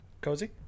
cozy